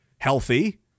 healthy